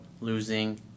losing